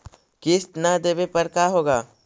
किस्त न देबे पर का होगा?